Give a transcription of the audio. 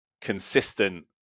consistent